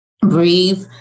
breathe